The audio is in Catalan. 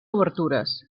obertures